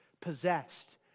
possessed